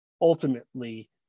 ultimately